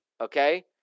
okay